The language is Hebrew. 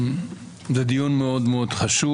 זה דיון מאוד מאוד חשוב.